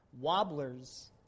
wobblers